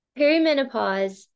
Perimenopause